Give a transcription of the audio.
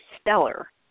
stellar